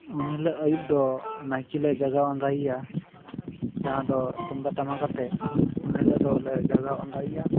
ᱩᱱᱦᱤᱞᱳᱜ ᱟᱹᱭᱩᱵ ᱫᱚ ᱱᱟᱭᱠᱮᱞᱮ ᱡᱟᱜᱟᱣ ᱟᱸᱜᱟᱭ ᱭᱟ ᱡᱟᱦᱟᱸ ᱫᱚ ᱛᱩᱢᱫᱟᱹᱜ ᱴᱟᱢᱟᱠ ᱟᱛᱮᱫ ᱩᱱ ᱦᱤᱞᱳᱜ ᱫᱚᱞᱮ ᱡᱟᱜᱟᱣ ᱟᱸᱜᱟᱭ ᱭᱟ